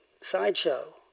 sideshow